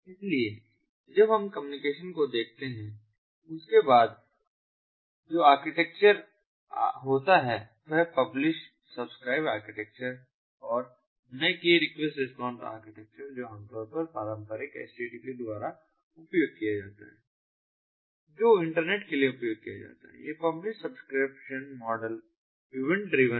इसलिए जब हम कम्युनिकेशन को देखते हैं उसके बाद जो आर्किटेक्चर होता है वह है पब्लिश सब्सक्राइब आर्किटेक्चर और न की रिक्वेस्ट रिस्पांस आर्किटेक्चर जो आमतौर पर पारंपरिक http द्वारा उपयोग किया जाता है जो इंटरनेट के लिए उपयोग किया जाता है यह publish subscription model event driven है